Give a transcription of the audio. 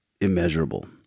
immeasurable